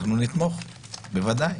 אנחנו נתמוך בוודאי.